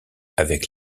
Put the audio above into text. avec